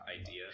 idea